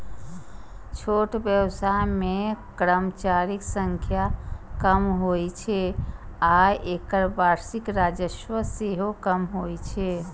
छोट व्यवसाय मे कर्मचारीक संख्या कम होइ छै आ एकर वार्षिक राजस्व सेहो कम होइ छै